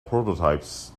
prototypes